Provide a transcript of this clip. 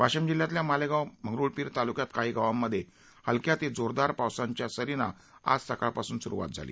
वाशिम जिल्ह्यातल्या मालेगाव मंगरूळपीर तालुक्यात काही गावांमध्ये हलक्या ते जोरदार पावसाच्या सरी आज सकाळपासून स्रू आहेत